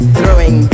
Throwing